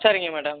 சரிங்க மேடம்